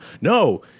No